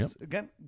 Again